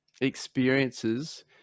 experiences